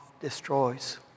destroys